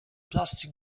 plastic